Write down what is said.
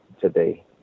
today